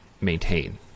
maintain